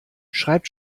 schreibt